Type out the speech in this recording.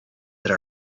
that